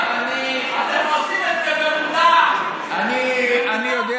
אתם עושים את זה במודע, אני יודע,